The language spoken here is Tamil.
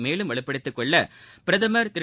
மேலும் வலுப்படுத்தி கொள்ள பிரதமா் திரு